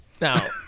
Now